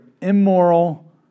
immoral